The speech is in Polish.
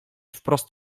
wprost